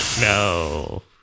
No